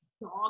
dog